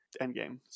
Endgame